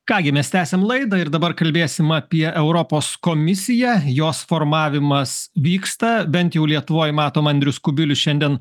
ką gi mes tęsiam laidą ir dabar kalbėsim apie europos komisiją jos formavimas vyksta bent jau lietuvoj matom andrius kubilius šiandien